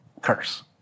curse